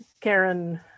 karen